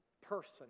person